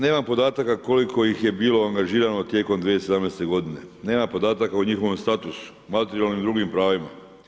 Nemam podataka koliko ih je bilo angažirano tijekom 2017. godine, nema podataka o njihovom statusu, materijalnim i drugim pravima.